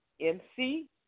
M-C